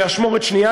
באשמורת שנייה,